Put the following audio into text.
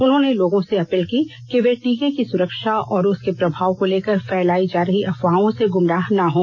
उन्होंने लोगों से अपील की कि वे टीके की सुरक्षा और उसके प्रभाव को लेकर फैलाई जा रही अफवाहों से ग्रमराह ना हों